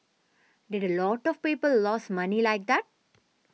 did a lot of people lose money like that